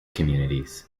communities